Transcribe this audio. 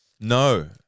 No